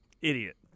idiot